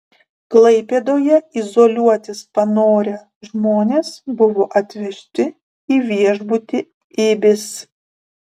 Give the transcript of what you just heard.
klaipėdoje izoliuotis panorę žmonės buvo atvežti į viešbutį ibis